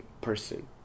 person